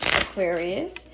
Aquarius